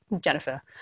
Jennifer